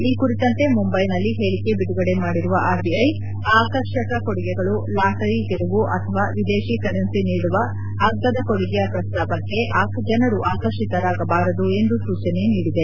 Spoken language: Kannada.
ಈ ಕುರಿತಂತೆ ಮುಂಬೈನಲ್ಲಿ ಹೇಳಿಕೆ ಬಿಡುಗಡೆ ಮಾಡಿರುವ ಆರ್ಬಿಐ ಆಕರ್ಷಿಕ ಕೊಡುಗೆಗಳು ಲಾಟರಿ ಗೆಲುವು ಅಥವಾ ವಿದೇಶಿ ಕರೆನ್ಸಿ ನೀಡುವ ಅಗ್ಗದ ಕೊಡುಗೆಯ ಪ್ರಸ್ತಾವಕ್ಕೆ ಜನರು ಆಕರ್ಷಿತರಾಗಬಾರದು ಎಂದು ಸೂಚನೆ ನೀಡಿದೆ